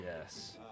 Yes